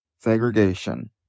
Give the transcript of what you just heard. segregation